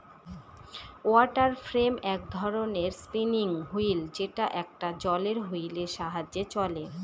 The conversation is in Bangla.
ওয়াটার ফ্রেম এক ধরনের স্পিনিং হুইল যেটা একটা জলের হুইলের সাহায্যে চলে